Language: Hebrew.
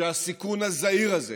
שהסיכון הזהיר הזה